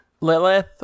Lilith